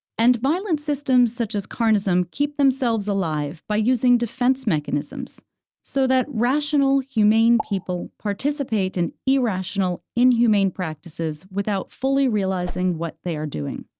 and violent systems such as carnism keep themselves alive by using defense mechanisms so that rational, humane people participate in irrational, inhumane practices without fully realizing what they are doing.